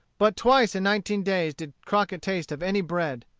but twice in nineteen days did crockett taste of any bread.